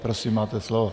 Prosím, máte slovo.